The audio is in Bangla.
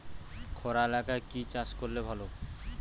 খরা এলাকায় কি চাষ করলে ভালো?